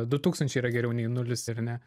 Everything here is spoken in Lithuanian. du tūkstančiai yra geriau nei nulis ir ne